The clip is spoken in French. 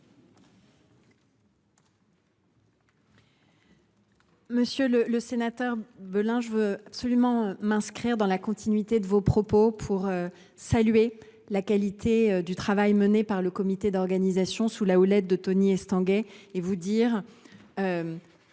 Monsieur le sénateur Belin, je veux absolument m’inscrire dans la continuité de vos propos, pour saluer le travail mené par le Comité d’organisation, sous la houlette de Tony Estanguet, et vous dire